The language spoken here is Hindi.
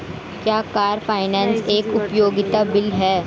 क्या कार फाइनेंस एक उपयोगिता बिल है?